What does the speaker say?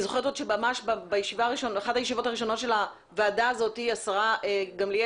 אני זוכרת שממש באחת הישיבות הראשונות של הוועדה הזאת השרה גמליאל